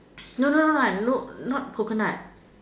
no no no not not coconut